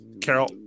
Carol